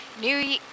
New